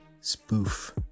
spoof